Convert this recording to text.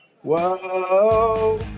Whoa